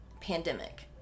pandemic